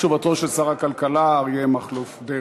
תשובתו של שר הכלכלה אריה מכלוף דרעי.